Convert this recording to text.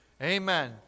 Amen